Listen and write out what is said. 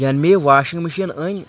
یَنہٕ مےٚ یہِ واشِنٛگ مِشیٖن أنۍ